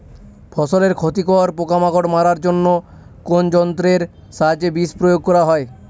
ফসলের ক্ষতিকর পোকামাকড় মারার জন্য কোন যন্ত্রের সাহায্যে বিষ প্রয়োগ করা হয়?